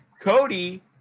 Cody